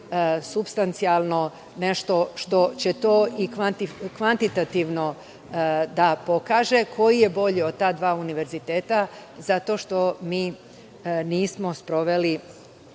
supstancijalno nešto što će to i kvantitativno da pokaže, koji je bolji od ta dva univerziteta zato što mi nismo sproveli